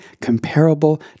comparable